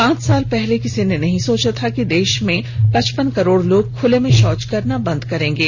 पांच साल पहले किसने सोचा था कि देश में पचपन करोड़ लोग खुले में शौच करना बंद कर देंगे